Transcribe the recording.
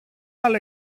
άλλο